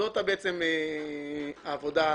זאת העבודה שעשינו.